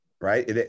right